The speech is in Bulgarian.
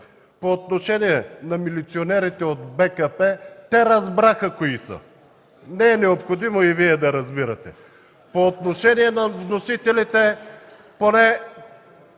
По отношение на милиционерите от БКП, те разбраха кои са, не е необходимо и Вие да разбирате. По отношение на вносителите. Поне